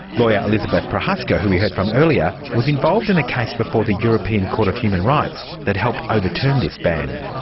lawyer elizabeth prochaska, who we heard from earlier, was involved in a case before the european court of human rights that helped overturn this ban.